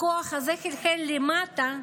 הכוח הזה חלחל למטה,